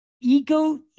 ego